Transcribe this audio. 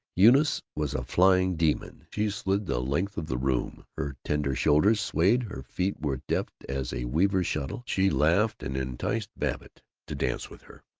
eunice was a flying demon. she slid the length of the room her tender shoulders swayed her feet were deft as a weaver's shuttle she laughed, and enticed babbitt to dance with her.